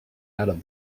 out